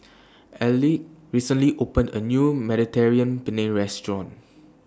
Elige recently opened A New Mediterranean Penne Restaurant